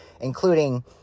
including